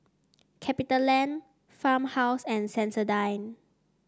Capitaland Farmhouse and Sensodyne